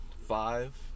five